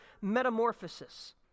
metamorphosis